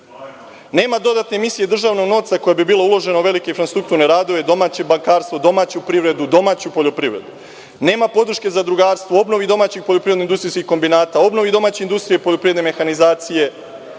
vi. Nema dodatne misije državnog novca koja bi bila uložena u velike infrastrukturne radove, domaće bankarstvo, domaću privredu, domaću poljoprivredu. Nema podrške zadrugarstvu, obnovi domaćih poljoprivrednih kombinata, obnovi domaće industrije, poljoprivredne mehanizacije,